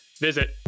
Visit